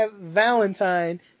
valentine